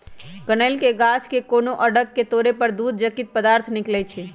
कनइल के गाछ के कोनो अङग के तोरे पर दूध जकति पदार्थ निकलइ छै